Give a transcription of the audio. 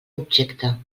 objecte